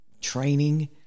training